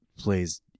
plays